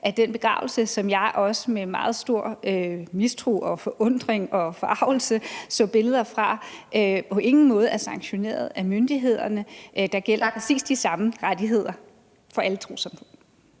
at den begravelse, som jeg også med meget stor mistro og forundring og forargelse så billeder fra, på ingen måde (Den fg. formand (Annette Lind): Tak!) var sanktioneret af myndighederne. Der gælder præcis de samme rettigheder for alle trossamfund.